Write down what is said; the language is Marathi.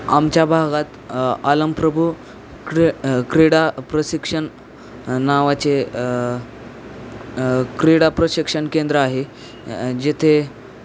आमच्या भागात अलमप्रभू क क्रीडा प्रशिक्षण नावाचे क्रीडा प्रशिक्षण केंद्र आहे जेथे